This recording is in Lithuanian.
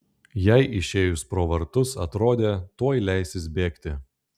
jai išėjus pro vartus atrodė tuoj leisis bėgti